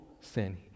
sin